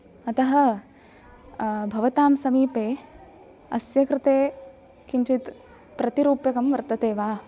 अतः भवतां समीपे अस्य कृते किञ्चित् प्रतिरूप्यकम् वर्तते वा